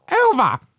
over